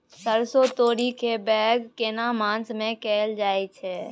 सरसो, तोरी के बौग केना मास में कैल जायत छै?